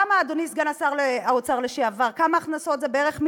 אדוני, סגן שר האוצר לשעבר, כמה הכנסות זה בערך?